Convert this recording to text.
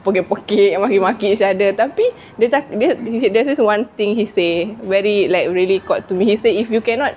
pekik-pekik maki-maki each other tapi dia cakap dia there's there's one thing he say very like really got to me he say if you cannot